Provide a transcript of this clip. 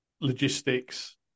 logistics